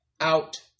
out